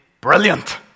brilliant